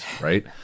right